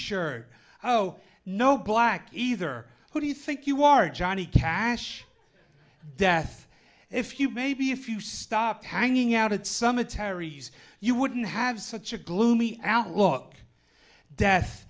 shirt oh no black either who do you think you are johnny cash death if you maybe if you stopped hanging out at some of terry's you wouldn't have such a gloomy outlook death